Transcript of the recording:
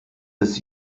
das